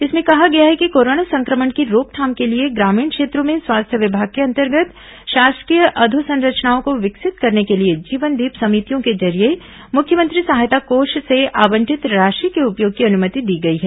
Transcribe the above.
इसमें कहा गया है कि कोरोना संक्रमण की रोकथाम के लिए ग्रामीण क्षेत्रों में स्वास्थ्य विभाग के अंतर्गत शासकीय अधोसंरचनाओं को विकसित करने के लिए जीवनदीप समितियों के जरिये मुख्यमंत्री सहायता कोष से आवंटित राशि के उपयोग की अनुमति दी गई है